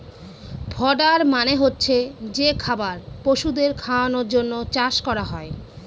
fodder মানে হচ্ছে যে খাবার পশুদের খাওয়ানোর জন্য চাষ করা হয়